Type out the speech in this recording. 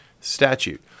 statute